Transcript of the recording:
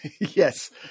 yes